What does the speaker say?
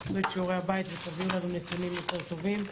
עשו את שיעורי הבית ותביאו לנו נתונים יותר טובים.